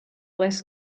less